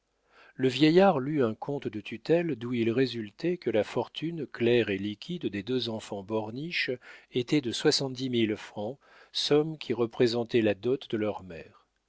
le vieillard lut un compte de tutelle d'où il résultait que la fortune claire et liquide des deux enfants borniche était de soixante-dix mille francs somme qui représentait la dot de leur mère